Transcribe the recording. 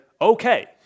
okay